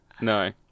No